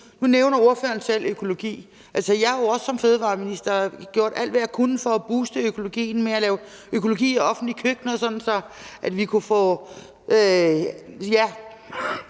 nævner ordføreren selv økologi. Jeg har jo også som fødevareminister gjort alt, hvad jeg kunne for at booste økologien ved at lave økologi i offentlige køkkener, sådan at vi kunne få ...